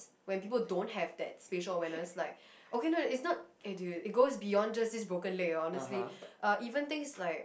when people don't have that spatial awareness like okay no it's not eh dude it goes beyond just this broken leg lor honestly even things like